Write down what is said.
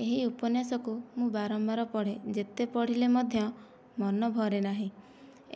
ଏହି ଉପନ୍ୟାସକୁ ମୁଁ ବାରମ୍ବାର ପଢ଼େ ଯେତେ ପଢ଼ିଲେ ମଧ୍ୟ ମନ ଭରେ ନାହିଁ